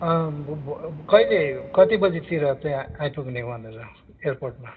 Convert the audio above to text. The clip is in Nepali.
अब कहिले कति बजीतिर त्यहाँ आइपुग्ने भनेर एयरपोर्टमा